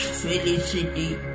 felicity